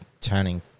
turning